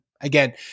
again